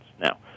Now